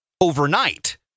overnight